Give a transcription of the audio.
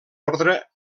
ordre